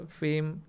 fame